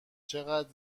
چقدر